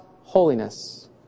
holiness